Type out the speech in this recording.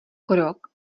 krok